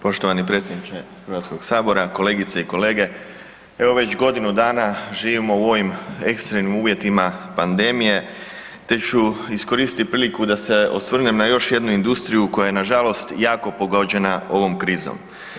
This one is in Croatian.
Poštovani predsjedniče Hrvatskog sabora, kolegice i kolege, evo već godinu dana živimo u ovim ekstremnim uvjetima pandemije te ću iskoristiti priliku da se osvrnem na još jednu industriju koja je nažalost jako pogođena ovom krizom.